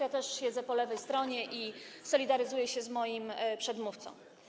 Ja też siedzę po lewej stronie i solidaryzuję się z moim przedmówcą.